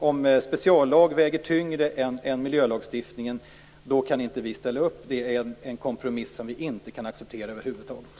Om speciallag väger tyngre än miljölagstiftningen kan vi inte ställa upp. Det är en kompromiss som vi över huvud taget inte kan acceptera.